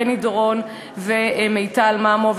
בני דורון ומיטל ממו.